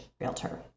realtor